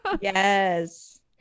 Yes